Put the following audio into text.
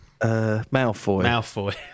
Malfoy